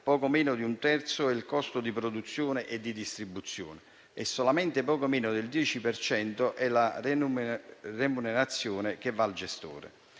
poco meno di un terzo è il costo di produzione e di distribuzione e solamente poco meno del 10 per cento è la remunerazione che va al gestore.